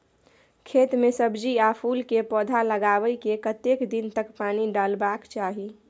खेत मे सब्जी आ फूल के पौधा लगाबै के कतेक दिन तक पानी डालबाक चाही?